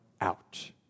out